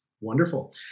Wonderful